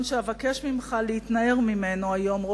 שאבקש ממך להתנער ממנו היום,